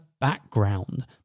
background